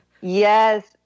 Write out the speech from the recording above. Yes